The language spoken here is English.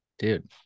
Dude